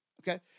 okay